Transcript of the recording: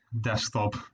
desktop